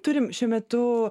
turim šiuo metu